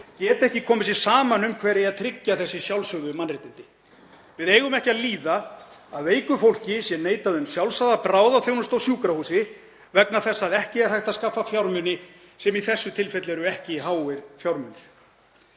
geta ekki komið sér saman um hver eigi að tryggja þessi sjálfsögðu mannréttindi. Við eigum ekki að líða að veiku fólki sé neitað um sjálfsagða bráðaþjónustu á sjúkrahúsi vegna þess að ekki er hægt að skaffa fjármuni, sem í þessu tilfelli eru ekki háir fjármunir.